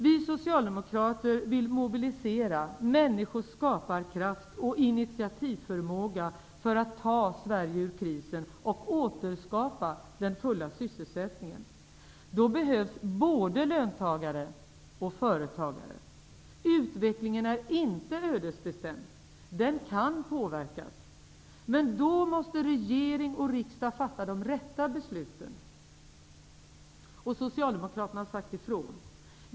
Vi socialdemokrater vill mobilisera människors skaparkraft och initiativförmåga för att ta Sverige ur krisen och återskapa den fulla sysselsättningen. Då behövs både löntagare och företagare. Utvecklingen är inte ödesbestämd. Den kan påverkas. Men då måste regering och riksdag fatta de rätta besluten. Socialdemokraterna har sagt ifrån.